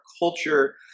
culture